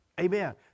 Amen